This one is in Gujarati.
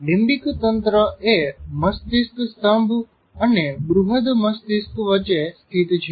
લીંમ્બીક તંત્ર એ મસ્તિષ્ક સ્તંભ અને બૃહદ મસ્તિષ્ક વચ્ચે સ્થિત છે